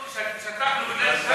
אנחנו שתקנו כי,